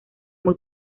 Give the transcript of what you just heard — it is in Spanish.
muy